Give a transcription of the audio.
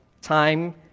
time